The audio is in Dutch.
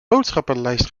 boodschappenlijst